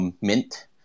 mint